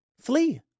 flee